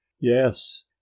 Yes